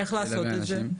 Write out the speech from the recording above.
איך לעשות את זה?